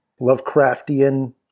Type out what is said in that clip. lovecraftian